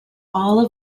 all